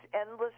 endless